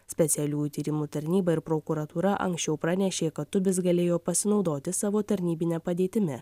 specialiųjų tyrimų tarnyba ir prokuratūra anksčiau pranešė kad tubis galėjo pasinaudoti savo tarnybine padėtimi